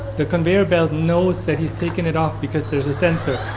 the conveyor belt knows that he's taken it off because there is a sensor,